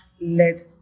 led